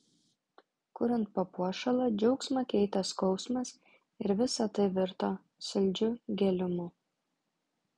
kuriant papuošalą džiaugsmą keitė skausmas ir visa tai virto saldžiu gėlimu